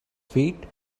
feet